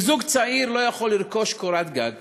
אם זוג צעיר לא יכול לרכוש קורת גג